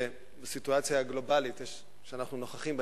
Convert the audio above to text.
שבסיטואציה הגלובלית שאנחנו נוכחים בה,